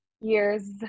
years